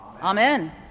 Amen